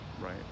right